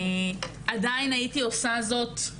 עדיין הייתי עושה זאת.